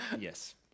Yes